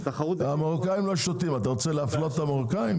המרוקאים לא שותים, אתה רוצה להפלות את המרוקאים?